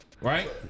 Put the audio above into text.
right